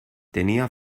tenía